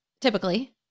typically